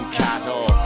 cattle